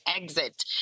exit